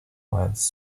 finds